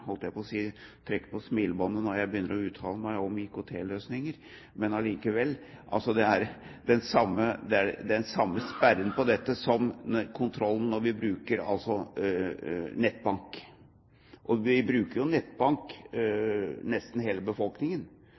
på smilebåndet når jeg begynner å uttale meg om IKT-løsninger, men allikevel – det er den samme sperren på dette som kontrollen når vi bruker nettbank. Nesten hele befolkningen bruker jo nettbank, og vi har de samme sperrene på dette som på nettbank.